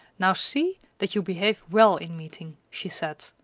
now see that you behave well in meeting, she said.